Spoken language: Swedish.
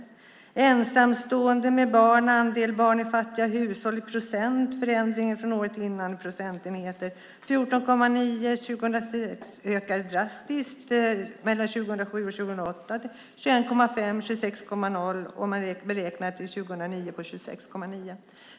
Sedan står det om ensamstående med barn, andel barn i fattiga hushåll, procent, förändring från året innan, procentenheter. Det var 14,9 år 2006. Det ökade drastiskt mellan 2007 och 2008, från 21,5 till 26,0. Och man beräknar det till 26,9 år 2009.